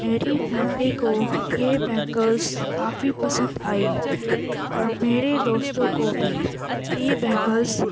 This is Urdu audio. میری فیملی کو یہ بینگلس کافی پسند آئی اور میرے دوستوں کو بھی یہ بینگلس